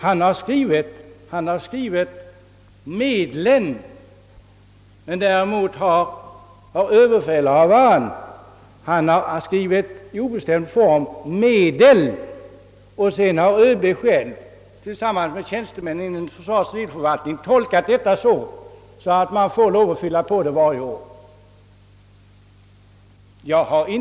Han har nämligen på denna punkt skrivit »medlen», medan däremot överbefälhavaren i sin skrivning använt den obestämda formen »medel». ÖB har sedan tillsammans med tjänstemän i försvarets civilförvaltning tolkat denna skrivning så att det är tilllåtet att fylla på med nya gåvomedel varje år.